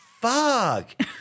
fuck